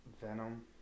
Venom